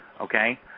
okay